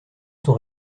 sont